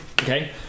okay